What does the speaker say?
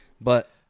but-